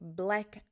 black